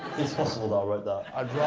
it's possible that i wrote that. i'd